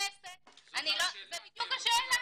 זו בדיוק השאלה.